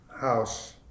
house